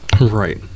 Right